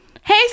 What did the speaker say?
hey